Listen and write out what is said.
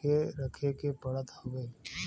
के रखे के पड़त हउवे